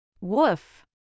Woof